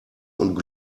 und